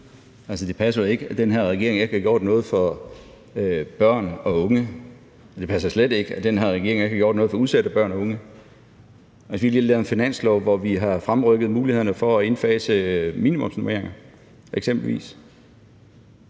det passer ikke, at den her regering ikke har gjort noget for børn og unge. Og det passer slet ikke, at den her regering ikke har gjort noget for udsatte børn og unge. Altså, vi er ved at lave en finanslov, hvor vi f.eks. har fremrykket mulighederne for at indfase minimumsnormeringer. Så det